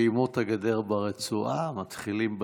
סיימו את הגדר ברצועה, מתחילים בצפון.